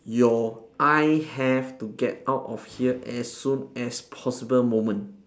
your I have to get out of here as soon as possible moment